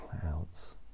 clouds